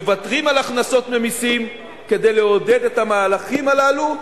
מוותרים על הכנסות ממסים כדי לעודד את המהלכים הללו.